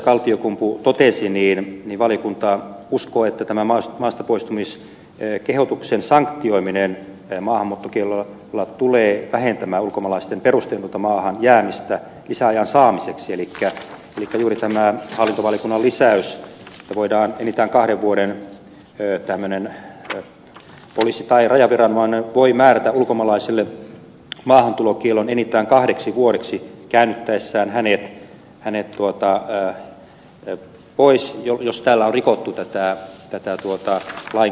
kaltiokumpu totesi niin valiokunta uskoo että tämä mars maastapoistumis ei kehotuksen saan juominen maastapoistumiskehotuksen sanktioiminen maahanmuuttokiellolla tulee vähentämään ulkomaalaisten perusteluitta maahan jäämistä lisäajan saamiseksi elikkä juuri tämä hallintovaliokunnan lisäys että poliisi tai rajaviranomainen voi määrätä ulkomaalaiselle maahantulokiellon enintään kahdeksi vuodeksi käännyttäessään hänet pois jos täällä on rikottu tätä lain kohtaa